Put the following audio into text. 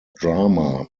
drama